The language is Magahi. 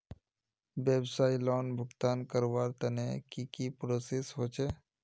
व्यवसाय लोन भुगतान करवार तने की की प्रोसेस होचे?